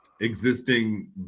existing